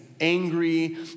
angry